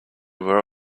were